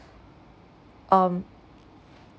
um